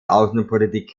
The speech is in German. außenpolitik